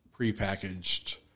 prepackaged